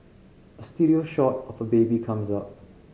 a studio shot of a baby comes up